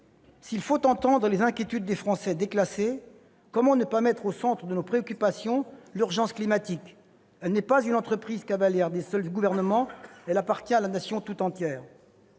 S'il faut entendre les inquiétudes des Français déclassés, comment ne pas mettre au centre de nos préoccupations l'urgence climatique ? Elle n'est pas une entreprise cavalière des seuls gouvernants. Elle appartient à la Nation tout entière.